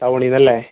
ടൗണിലല്ലേ